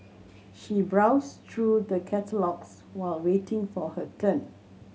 she browsed through the catalogues while waiting for her turn